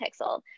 pixel